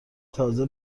تازه